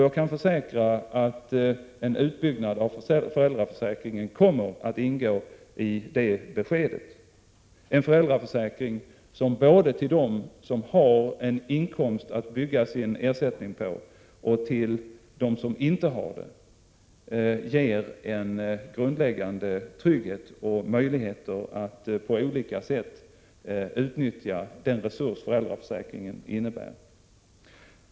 Jag kan försäkra att en utbyggnad av föräldraförsäkringen kommer att ingå i det beskedet. Denna föräldraförsäkring skall vara både för dem som har en inkomst att bygga sin ersättning på och för dem somänte har det. Den skall ge en grundläggande trygghet och möjlighet att på olika sätt utnyttja den resurs föräldraförsäkringen innebär.